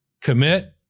Commit